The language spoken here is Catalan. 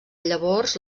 llavors